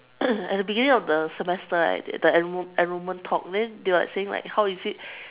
at the beginning of the semester right the enrol~ enrollment talk when they were like saying how is it